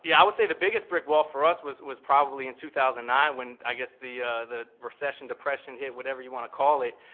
yeah i would say the biggest brick wall for us was was probably in two thousand and nine when i guess the the recession depression hit, whatever you want to call it.